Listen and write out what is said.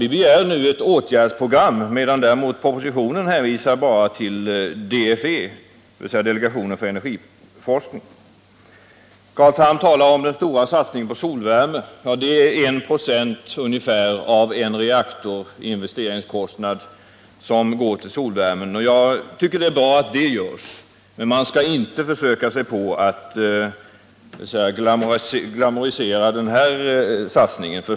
Vi begär nu ett åtgärdsprogram, medan propositionen bara hänvisar till utredning inom DFE, dvs. delegationen för energiforskning. Carl Tham talade om den stora satsningen på solvärme. Ungefär 1 96 av investeringskostnaden för en reaktor går till solvärmen. Jag tycker att det är bra att det görs, men man skall inte försöka sig på att glamourisera denna satsning.